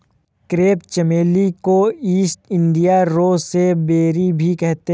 crepe चमेली को east India rosebay भी कहते हैं